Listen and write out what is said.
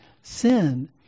sin